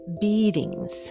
beatings